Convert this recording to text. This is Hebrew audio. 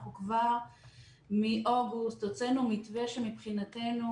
אנחנו כבר מאוגוסט הוצאנו מתווה שמבחינתנו